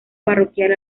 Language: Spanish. parroquial